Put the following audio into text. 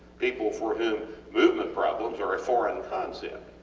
people for whom movement problems are a foreign concept.